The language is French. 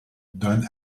donne